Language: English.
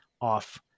off